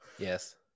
Yes